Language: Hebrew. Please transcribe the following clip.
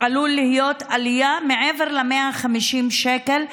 עלול להיות עלייה מעבר ל-150 שקל,